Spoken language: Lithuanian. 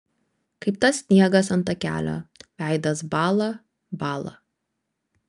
kaip tas sniegas ant takelio veidas bąla bąla